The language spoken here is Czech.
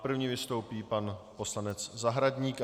První vystoupí pan poslanec Zahradník.